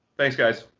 thanks, guys.